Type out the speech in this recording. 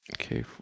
Okay